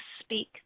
speak